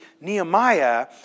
Nehemiah